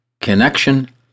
connection